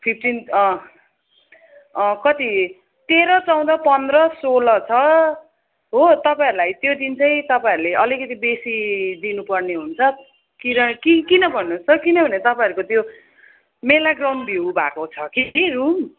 fifteen कति तेह्र चौध पन्ध्र सोह्र छ हो तपाईँहरूलाई त्यो दिन चाहिँ तपाईँहरूले अलिकति बेसी दिनु पर्ने हुन्छ किनकि किन भन्नुहोस् त किनभने तपाईँहरूको त्यो मेला ग्राउन्ड भ्यू भएको छ कि रुम